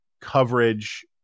coverage